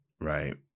right